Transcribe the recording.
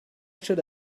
should